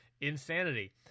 insanity